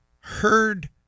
heard